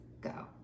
go